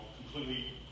completely